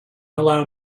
allow